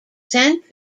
sent